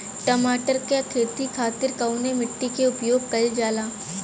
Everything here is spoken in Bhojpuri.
टमाटर क खेती खातिर कवने मिट्टी के उपयोग कइलजाला?